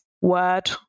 word